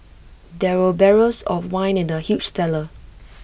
there were barrels of wine in the huge cellar